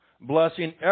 Blessing